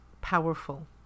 powerful